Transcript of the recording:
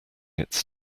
its